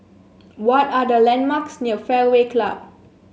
what are the landmarks near Fairway Club